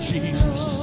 Jesus